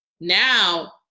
Now